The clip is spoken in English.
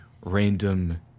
random